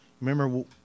remember